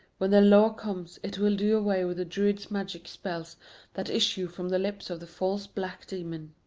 when the law comes, it will do away with the druid's magic spells that issue from the lips of the false black demon.